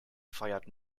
feiert